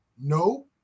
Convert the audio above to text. No